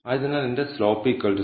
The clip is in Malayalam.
ആയതിനാൽ എന്റെ സ്ലോപ്പ് 0